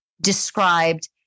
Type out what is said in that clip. described